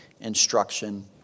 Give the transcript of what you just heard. instruction